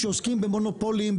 כשעוסקים במונופולים,